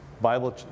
Bible